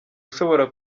ushobora